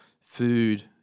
food